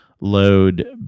load